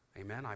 Amen